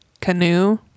canoe